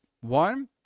One